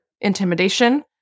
intimidation